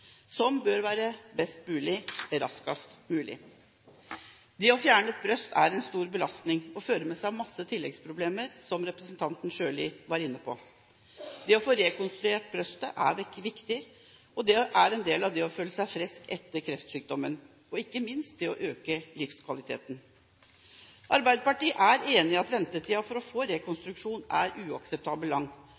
som bør være best mulig raskest mulig. Det å fjerne et bryst er en stor belastning som fører med seg mange tilleggsproblemer, som representanten Sjøli var inne på. Det å få rekonstruert et bryst er viktig og en del av det å føle seg frisk etter kreftsykdommen. Ikke minst øker livskvaliteten. Arbeiderpartiet er enig i at ventetiden for å få rekonstruksjon er